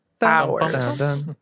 hours